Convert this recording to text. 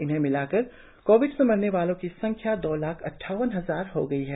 इन्हें मिलाकर कोविड से मरने वालों की संख्या दो लाख अद्वावन हजार हो गई है